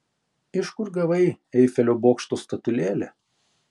iš kur gavai eifelio bokšto statulėlę